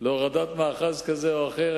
להורדת מאחז כזה או אחר,